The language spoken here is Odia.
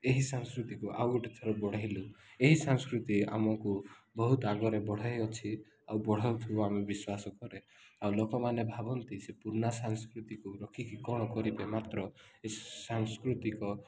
ଏହି ସଂସ୍କୃତିକୁ ଆଉ ଗୋଟେ ଥର ବଢ଼େଇଲୁ ଏହି ସଂସ୍କୃତି ଆମକୁ ବହୁତ ଆଗରେ ବଢ଼େଇ ଅଛି ଆଉ ବଢ଼ଉଥିବ ଆମେ ବିଶ୍ୱାସ କରେ ଆଉ ଲୋକମାନେ ଭାବନ୍ତି ସେ ପୁରୁଣା ସାଂସ୍କୃତିକୁ ରଖିକି କ'ଣ କରିବେ ମାତ୍ର ଏ ସାଂସ୍କୃତିକ